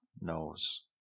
knows